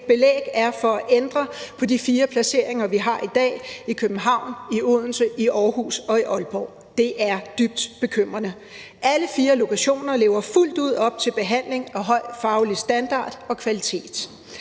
belæg er for at ændre på de fire placeringer, vi har i dag: i København, i Odense, i Aarhus og i Aalborg. Det er dybt bekymrende. Alle fire lokationer lever fuldt ud op til behandling af høj faglig standard og kvalitet.